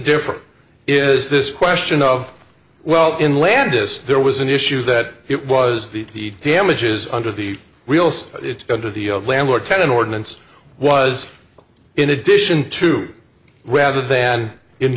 differ is this question of well in landis there was an issue that it was the damages under the wheels it's going to the landlord tenant ordinance was in addition to rather than in